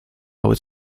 would